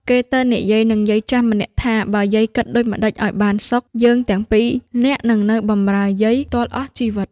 គេទៅនិយាយនឹងយាយចាស់ម្នាក់ថា "បើយាយគិតដូចម្តេចឲ្យបានសុខ យើងទាំងពីរនាក់នឹងនៅបម្រើយាយ ទាល់អស់ជីវិត" ។